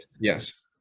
yes